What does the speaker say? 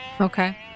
Okay